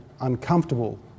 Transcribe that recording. uncomfortable